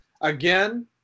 Again